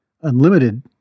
unlimited